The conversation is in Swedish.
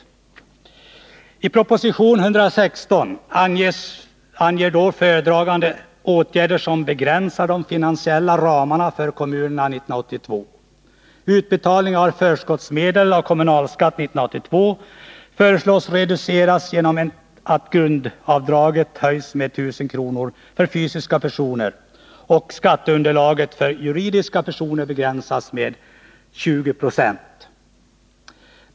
7 maj 1981 I proposition 116 anger föredragande statsråd åtgärder som begränsar de finansiella ramarna för kommunerna 1982. Det föreslås att utbetalningar av förskottsmedel av kommunalskatt 1982 skall reduceras genom att grundavdraget höjs med 1000 kr. för fysiska personer och skatteunderlaget för juridiska personer begränsas med 20926.